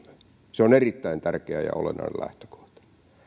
se on erittäin tärkeä ja olennainen lähtökohta